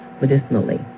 medicinally